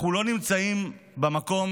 אנחנו לא נמצאים במקום